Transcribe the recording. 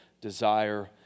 desire